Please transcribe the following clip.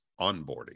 onboarding